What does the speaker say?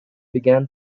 began